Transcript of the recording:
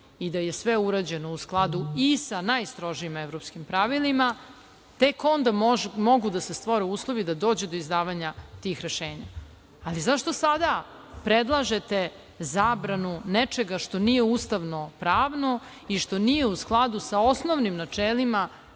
i da je sve urađeno u skladu i sa najstrožim evropskim pravilima, tek onda mogu da se stvore uslovi da dođe do izdavanja tih rešenja. Ali, zašto sada predlažete zabranu nečega što nije ustavno-pravno i što nije u skladu sa osnovnim načelima